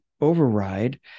override